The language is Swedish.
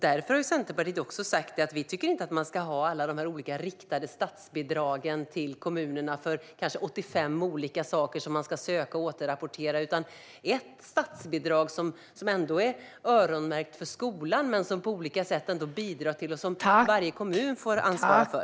Därför har Centerpartiet också sagt att vi inte tycker att man ska ha alla dessa olika riktade statsbidrag till kommunerna för kanske 85 olika saker som de ska söka och återrapportera. Vi vill se ett statsbidrag som är öronmärkt för skolan men som varje kommun får ansvara för.